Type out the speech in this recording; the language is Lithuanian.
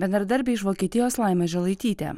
bendradarbė iš vokietijos laima žilaitytė